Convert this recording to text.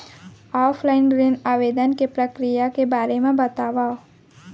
Offline ऋण आवेदन के प्रक्रिया के बारे म बतावव?